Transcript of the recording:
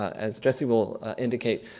as jesse will indicate,